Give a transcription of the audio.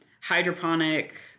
hydroponic